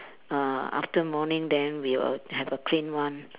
uh after morning then we will have a plain one